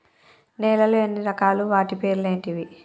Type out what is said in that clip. నేలలు ఎన్ని రకాలు? వాటి పేర్లు ఏంటివి?